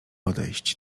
odejść